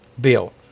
bill